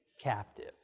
captive